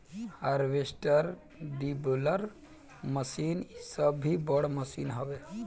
harvester, dibbler machine इ सब भी बड़ मशीन हवे